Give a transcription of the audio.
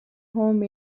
home